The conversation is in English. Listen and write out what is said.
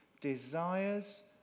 desires